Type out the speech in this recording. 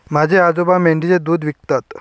माझे आजोबा मेंढीचे दूध विकतात